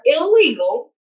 illegal